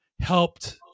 helped